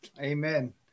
amen